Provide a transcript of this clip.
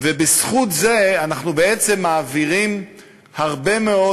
ובזכות זה אנחנו בעצם מעבירים הרבה מאוד